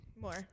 More